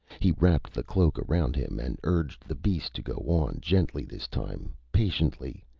he wrapped the cloak around him and urged the beast to go on, gently this time, patiently,